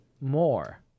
more